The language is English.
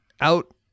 out